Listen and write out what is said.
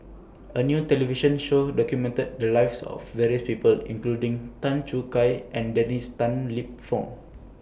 A New television Show documented The Lives of various People including Tan Choo Kai and Dennis Tan Lip Fong